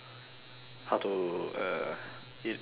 how to uh ea~ eat